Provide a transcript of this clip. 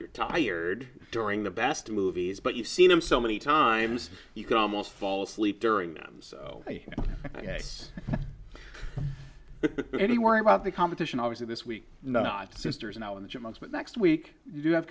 you're tired during the best movies but you've seen them so many times you could almost fall asleep during them so yes any worry about the competition obviously this week not sisters now in the chipmunks but next week you have